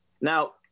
Now